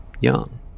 young